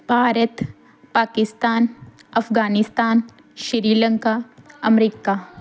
Bharat Pakistan Afghanistan Sri Lanka America